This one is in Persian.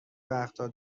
وقتها